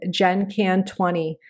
GenCan20